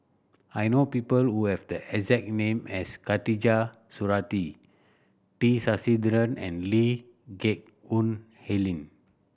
I know people who have the exact name as Khatijah Surattee T Sasitharan and Lee Geck Hoon Ellen